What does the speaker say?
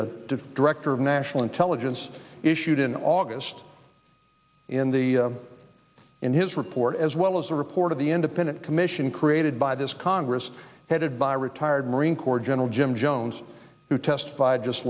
the director of national intelligence issued in august in the in his report as well as the report of the independent commission created by this congress headed by retired marine corps general jim jones who testified just